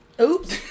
Oops